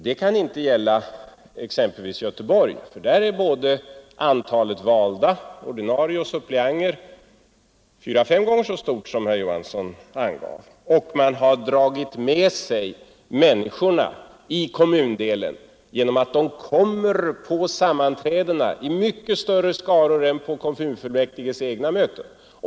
Det kan emellertid inte gälla t.ex. Göteborg, ty där är både antalet valda ordinarie ledamöter och suppleanter fyra fem gånger så stort som herr Johansson angav — och man har där dragit med sig människorna i kommundelen på ett sådant sätt att de kommer till sammanträdena i mycket större skaror än till kommunfullmäktiges egna möten.